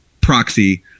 proxy